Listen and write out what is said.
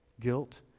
Guilt